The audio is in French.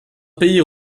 pays